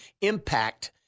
impact